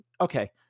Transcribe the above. okay